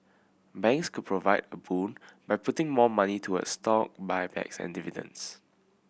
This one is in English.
banks could provide a boon by putting more money toward stock buybacks and dividends